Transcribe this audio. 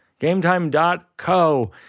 GameTime.co